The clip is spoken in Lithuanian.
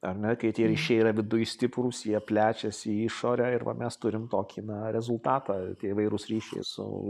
ar ne kai tie ryšiai yra viduj stiprūs jie plečiasi į išorę ir va mes turim tokį na rezultatą tie įvairūs ryšiai su